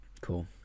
Cool